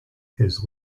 his